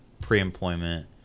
pre-employment